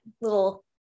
little